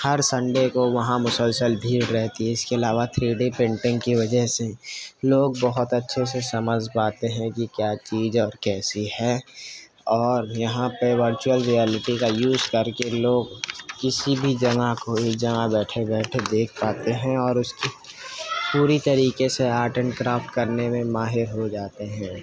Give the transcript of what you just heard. ہر Sunday کو وہاں مسلسل بھیڑ رہتی ہے اس کے علاوہ تھری ڈی پرنٹنگ کی وجہ سے لوگ بہت اچھے سے سمجھ پاتے ہیں کہ کیا چیز اور کیسی ہے اور یہاں پہ ورچوئل ریئلٹی کا یوز کر کے لوگ کسی بھی جگہ کو ایک جگہ بیٹھے بیٹھے دیکھ پاتے ہیں اور اس کی پوری طریقے سے آرٹ اینڈ کرافٹ کرنے میں ماہر ہو جاتے ہیں